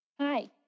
Hi